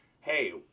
hey